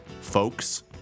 folks